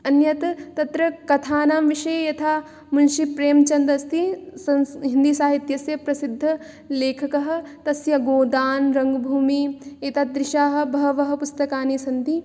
अन्यत् तत्र कथानां विषये यथा मुंशी प्रेम्चन्द् अस्ति संस् हिन्दीसाहित्यस्य प्रसिद्धलेखकः तस्य गोदान् रङ्ग्भूमि एतादृशाः बहवः पुस्तकानि सन्ति